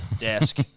desk